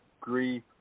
grief